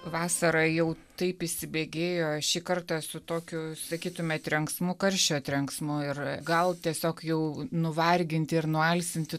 vasarą jau taip įsibėgėjo šį kartą su tokiu sakytumėt trenksmu karščio trenksmu ir gal tiesiog jau nuvarginti ir numalsinti